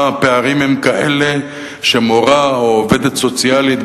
שהפערים בתוכה הם כאלה שמורה או עובדת סוציאלית,